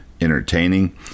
entertaining